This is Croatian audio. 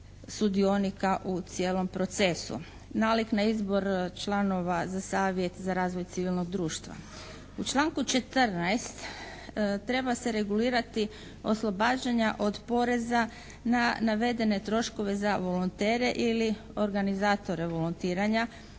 sudionika u cijelom procesu, nalik na izbor članova za Savjet za razvoj civilnog društva. U članku 14. treba se regulirati oslobađanja od poreza na navedene troškove za volontere ili organizatore volontiranja,